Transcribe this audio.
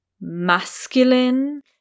Masculine